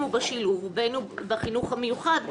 הוא בשילוב ובין אם הוא בחינוך המיוחד.